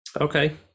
Okay